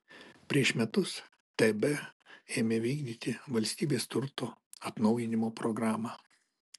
prieš metus tb ėmė vykdyti valstybės turto atnaujinimo programą